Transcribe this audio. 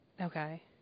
Okay